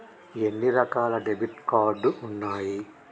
ఎన్ని రకాల debit card ఉన్నాయి?